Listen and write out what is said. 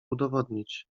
udowodnić